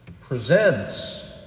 presents